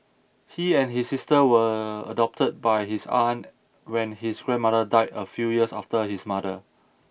he and his sister were adopted by his aunt when his grandmother died a few years after his mother